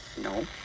no